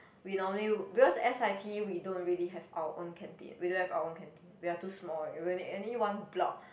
we normally because s_i_t we don't really have our own canteen we don't have our own canteen we are too small already we are only one block